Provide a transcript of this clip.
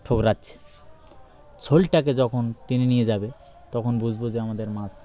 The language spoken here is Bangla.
ঠোকরাচ্ছে শোলটাকে যখন টেনে নিয়ে যাবে তখন বুঝবো যে আমাদের মাছ